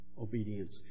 obedience